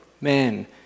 men